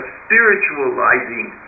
spiritualizing